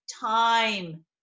time